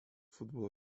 futbolo